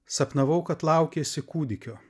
sapnavau kad laukiesi kūdikio